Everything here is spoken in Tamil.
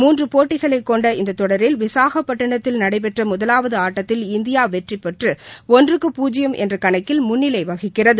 மூன்று போட்டிகளைக் கொண்ட இந்த தொடரில் விசாகப்பட்டினத்தில் நடைபெற்ற முதலாவது ஆட்டத்தில் இந்தியா வெற்றிபெற்று ஒன்று பூஜ்ஜியம் என்ற கணக்கில் முன்னிலை வகிக்கிறது